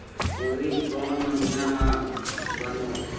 उरीद कोन महीना म बने होथे?